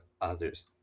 others